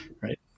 right